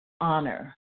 honor